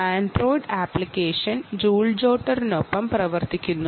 Android application ജൂൾ ജോട്ടറിനൊപ്പം പ്രവർത്തിക്കുന്നു